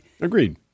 Agreed